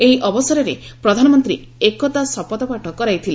ଏହି ଅବସରରେ ପ୍ରଧାନମନ୍ତ୍ରୀ ଏକତା ଶପଥପାଠ କରାଇଥିଲେ